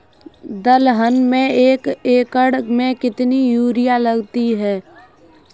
दलहन में एक एकण में कितनी यूरिया लगती है?